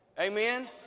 Amen